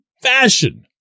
fashion